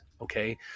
Okay